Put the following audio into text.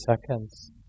seconds